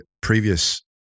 previous